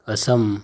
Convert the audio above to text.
Assam